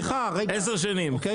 עשר שנים.